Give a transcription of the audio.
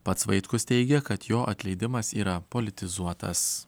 pats vaitkus teigia kad jo atleidimas yra politizuotas